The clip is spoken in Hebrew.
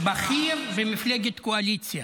בכיר במפלגת קואליציה.